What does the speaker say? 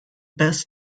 best